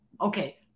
Okay